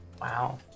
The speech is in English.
Wow